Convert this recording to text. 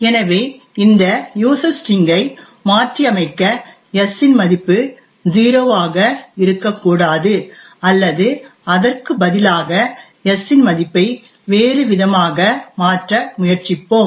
எனவே இந்த user string ஐ மாற்றியமைக்க s இன் மதிப்பு 0 வாக இருக்க கூடாது அல்லது அதற்கு பதிலாக s இன் மதிப்பை வேறு விதமாக மாற்ற முயற்சிப்போம்